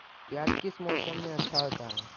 प्याज किस मौसम में अच्छा होता है?